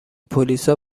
پلیسا